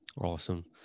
awesome